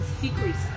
secrets